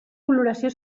coloració